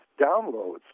downloads